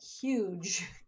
huge